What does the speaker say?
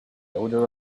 odor